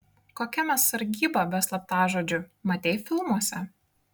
kokia mes sargyba be slaptažodžių matei filmuose